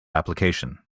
application